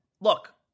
Look